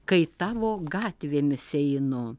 kai tavo gatvėmis einu